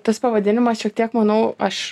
tas pavadinimas šiek tiek manau aš